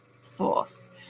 source